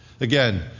Again